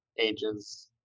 ages